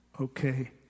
Okay